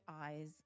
eyes